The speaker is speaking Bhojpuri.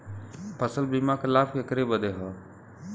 फसल बीमा क लाभ केकरे बदे ह?